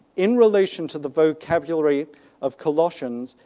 in relation to the vocabulary of colossians,